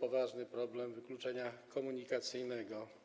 poważny problem wykluczenia komunikacyjnego.